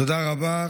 תודה רבה.